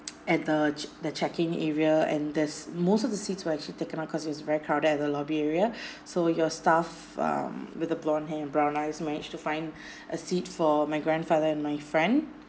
at the the check in area and there's most of the seats were actually taken up because it's very crowded at the lobby area so your staff um with a blonde hair and brown eyes managed to find a seat for my grandfather and my friend